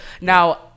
Now